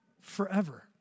forever